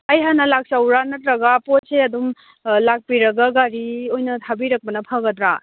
ꯑꯩ ꯍꯥꯟꯅ ꯂꯥꯛꯆꯧꯔ ꯅꯠꯇꯔꯒ ꯄꯣꯠꯁꯦ ꯑꯗꯨꯝ ꯂꯥꯛꯄꯤꯔꯒ ꯒꯥꯔꯤ ꯑꯣꯏꯅ ꯊꯥꯕꯤꯔꯛꯄꯅ ꯐꯒꯗ꯭ꯔ